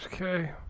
Okay